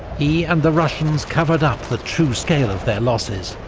he and the russians covered up the true scale of their losses,